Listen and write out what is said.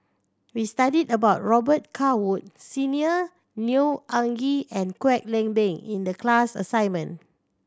we studied about Robet Carr Woods Senior Neo Anngee and Kwek Leng Beng in the class assignment